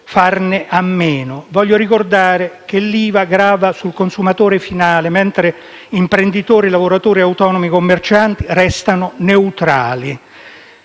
clausole. Voglio ricordare che l'IVA grava completamente sul consumatore finale mentre imprenditori, lavoratori autonomi e commercianti restano neutrali.